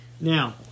Now